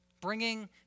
Bringing